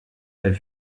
elle